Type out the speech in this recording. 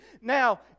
Now